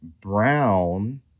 brown